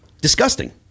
Disgusting